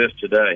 today